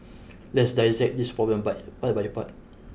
let's dissect this problem by part by part